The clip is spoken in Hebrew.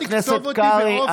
חבר הכנסת קרעי,